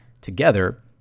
together